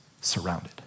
surrounded